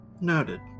Noted